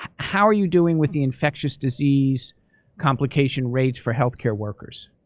how are you doing with the infectious disease complication rates for healthcare workers?